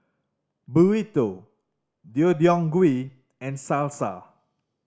Burrito Deodeok Gui and Salsa